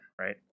right